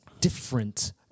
different